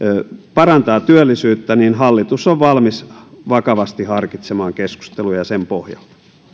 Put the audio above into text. parantaa työllisyyttä niin hallitus on valmis vakavasti harkitsemaan keskusteluja sen pohjalta